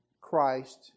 Christ